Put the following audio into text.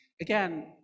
again